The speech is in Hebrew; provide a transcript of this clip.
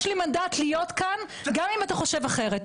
יש לי מנדט להיות כאן, גם אם אתה חושב אחרת.